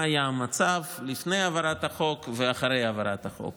היה המצב לפני העברת החוק ואחרי העברת החוק?